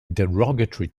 derogatory